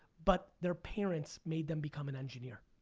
but their parents made them become an engineer?